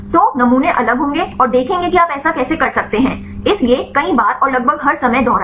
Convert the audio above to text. तो नमूने अलग होंगे और देखेंगे कि आप ऐसा कैसे कर सकते हैं इसलिए कई बार और लगभग हर समय दोहराएं